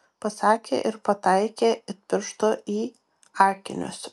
pasakė ir pataikė it pirštu į akinius